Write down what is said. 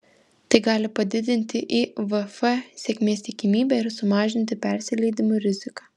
tai gali padidinti ivf sėkmės tikimybę ir sumažinti persileidimų riziką